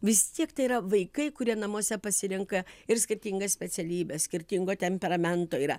vis tiek tai yra vaikai kurie namuose pasirenka ir skirtingas specialybes skirtingo temperamento yra